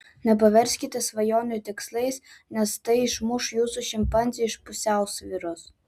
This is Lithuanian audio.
nepaverskite svajonių tikslais nes tai išmuš jūsų šimpanzę iš pusiausvyros